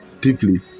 deeply